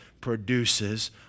produces